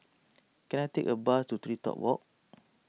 can I take a bus to TreeTop Walk